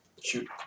Shoot